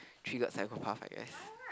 triggered psychopath I guess